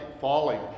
falling